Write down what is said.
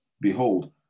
behold